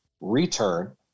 return